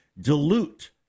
dilute